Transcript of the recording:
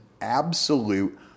absolute